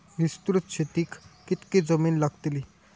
विस्तृत शेतीक कितकी जमीन लागतली?